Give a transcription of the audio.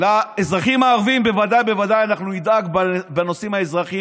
ולאזרחים הערבים בוודאי ובוודאי אנחנו נדאג בנושאים האזרחיים,